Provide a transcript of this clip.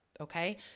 Okay